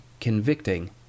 convicting